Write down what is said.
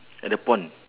at the pond